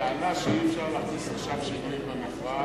הטענה שאי-אפשר להכניס עכשיו שינויים במכרז,